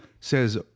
says